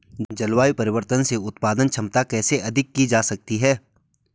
जलवायु परिवर्तन से उत्पादन क्षमता कैसे अधिक की जा सकती है?